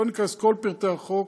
לא ניכנס לכל פרטי החוק,